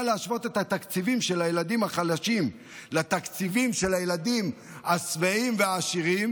להשוות את התקציבים של הילדים החלשים לתקציבים של הילדים השבעים והעשירים